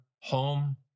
home